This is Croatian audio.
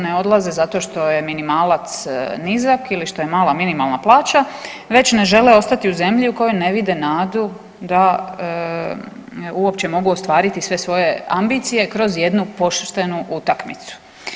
Ne odlaze zato što je minimalac nizak ili što je mala minimalna plaća, već ne žele ostati u zemlji u kojoj ne vide nadu da uopće mogu ostvariti sve svoje ambicije kroz jednu poštenu utakmicu.